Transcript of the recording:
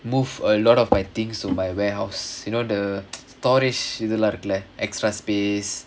move a lot of my things to my warehouse you know the storage இதெல்லா இருக்குல:ithellaa irukkula extra space